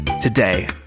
today